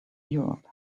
europe